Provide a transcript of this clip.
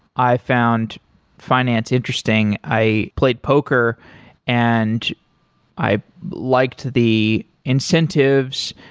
i found finance interesting. i played poker and i liked the incentives,